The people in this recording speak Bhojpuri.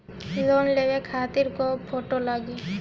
लोन लेवे खातिर कै गो फोटो लागी?